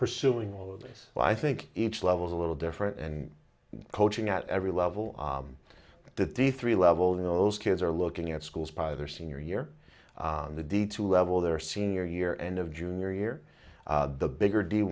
pursuing all of this well i think each level is a little different and coaching at every level that these three level in those kids are looking at schools by their senior year on the d to level their senior year end of junior year the bigger d